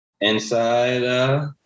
inside